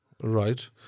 Right